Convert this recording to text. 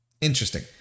Interesting